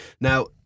Now